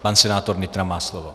Pan senátor Nytra má slovo.